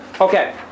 Okay